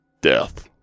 Death